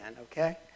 okay